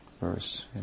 verse